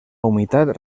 humitat